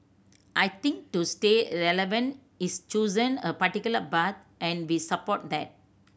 I think to stay relevant is chosen a particular path and we support that